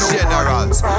Generals